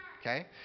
okay